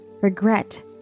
regret